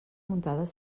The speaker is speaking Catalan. muntades